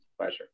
pleasure